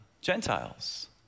Gentiles